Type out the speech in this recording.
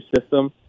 system